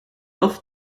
auf